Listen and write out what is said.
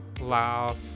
laugh